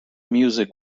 music